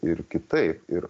ir kitaip ir